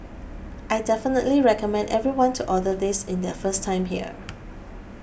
I definitely recommend everyone to order this in their first time here